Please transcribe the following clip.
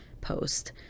post